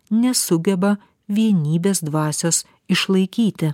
nesugeba vienybės dvasios išlaikyti